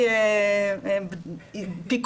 הוא כרגע